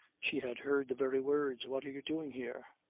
she had heard the very words. what are you doing here?